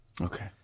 Okay